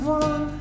one